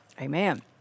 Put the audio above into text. Amen